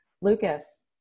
Lucas